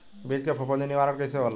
बीज के फफूंदी निवारण कईसे होला?